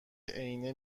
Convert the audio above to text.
عینه